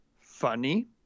Funny